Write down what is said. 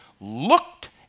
looked